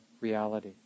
reality